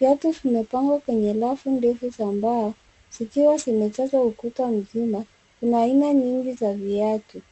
Viatu vimepangwa kwenye rafu, ndefu za mbao, zikiwa zimejaza ukuta mzima. Kuna aina nyingi za viatu.